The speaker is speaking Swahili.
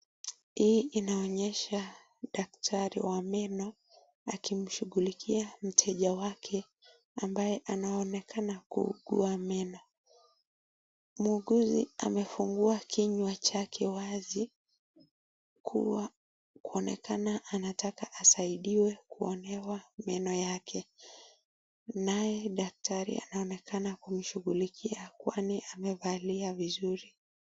Hii inaonyesha daktari wa meno akishughulikia mteja wake ambaye anaonekana kuugua meno. Muuguzi ameufungua kinywa chake wazi kuwa kuonekana anataka asaidiwe kuonewa meno yake naye daktari anaonekana kumshughulikia kwani amevalia vizuri.